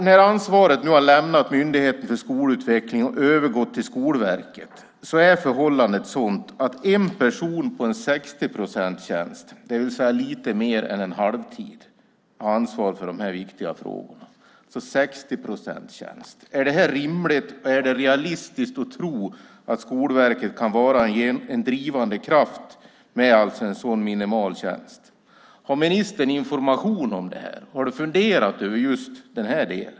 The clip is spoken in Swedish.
När ansvaret nu har lämnat Myndigheten för skolutveckling och övergått till Skolverket är förhållandet sådant att en person på en 60-procentstjänst, det vill säga lite mer än en halvtid, har ansvaret för de här viktiga frågorna. Är det rimligt och realistiskt att tro att Skolverket kan vara en drivande kraft med en sådan minimal tjänst? Har ministern information om detta? Har du funderat över denna del?